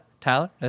Tyler